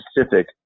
Specific